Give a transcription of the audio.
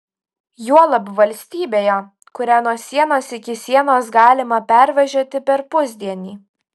juolab valstybėje kurią nuo sienos iki sienos galima pervažiuoti per pusdienį